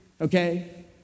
okay